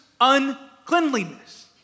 uncleanliness